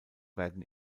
werden